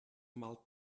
mal